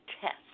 test